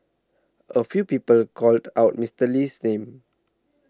a few people called out Mister Lee's name